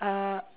uh